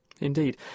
Indeed